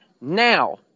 Now